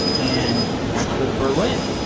and perhaps go to berlin.